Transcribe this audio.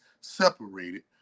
separated